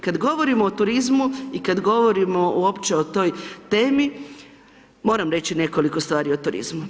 Kad govorimo o turizmu i kad govorimo uopće o toj temi, moram reći nekoliko stvari o turizmu.